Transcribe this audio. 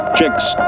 Chicks